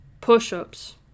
push-ups